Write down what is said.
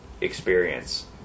experience